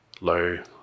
low